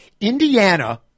Indiana